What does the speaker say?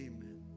Amen